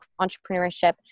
Entrepreneurship